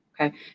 Okay